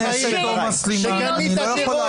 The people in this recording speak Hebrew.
רצו לשרוף כאן משפחה בחיים, תגני את הטרור.